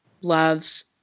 loves